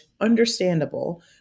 understandable